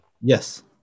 Yes